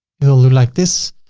it'll look like this.